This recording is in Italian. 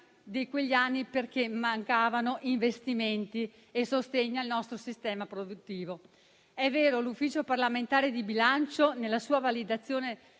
di quegli anni per mancanza di investimenti e sostegno al nostro sistema produttivo. È vero, l'Ufficio parlamentare di bilancio, nella sua validazione